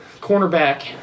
cornerback